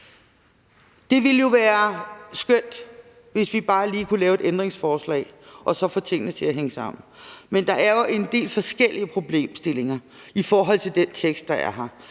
Det ville jo være skønt, hvis vi bare lige kunne lave et ændringsforslag og så få tingene til at hænge sammen, men der er jo en del forskellige problemstillinger i forhold til den tekst, der er her.